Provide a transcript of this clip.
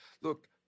look